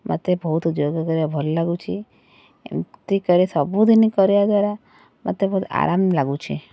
ମୋତେ ବହୁତ ଯୋଗ କରିବାକୁ ଭଲ ଲାଗୁଛି ଏମିତି କରି ସବୁଦିନ କରିବା ଦ୍ଵାରା ମୋତେ ବହୁତ ଆରାମ ଲାଗୁଛି